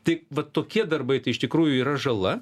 tai va tokie darbai tai iš tikrųjų yra žala